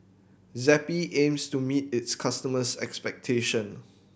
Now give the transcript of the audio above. Zappy aims to meet its customers' expectation